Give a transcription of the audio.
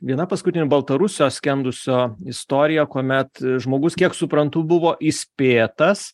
viena paskutinė baltarusio skendusio istorija kuomet žmogus kiek suprantu buvo įspėtas